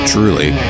Truly